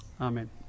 Amen